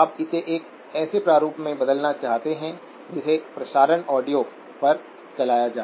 आप इसे एक ऐसे प्रारूप में बदलना चाहते हैं जिसे प्रसारण ऑडियो पर चलाया जा सके